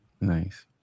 nice